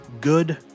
good